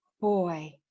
boy